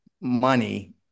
money